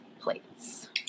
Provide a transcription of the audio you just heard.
plates